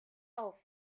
auf